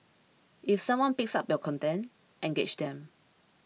if someone picks up your content engage them